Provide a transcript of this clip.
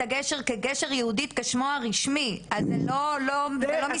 הגשר כגשר יהודית כשמו הרשמי אז זה לא מסתדר.